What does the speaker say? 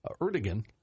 Erdogan